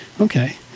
Okay